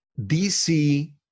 DC